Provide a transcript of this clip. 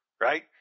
right